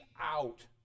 out